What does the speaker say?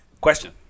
Question